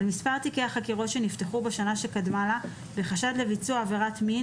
על מספר תיקי החקירות שנפתחו בשנה שקדמה לה בחשד לביצוע עבירת מין